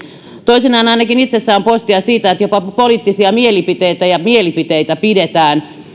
toisinaan ainakin itse saan postia siitä että jopa poliittisia mielipiteitä ja muita mielipiteitä pidetään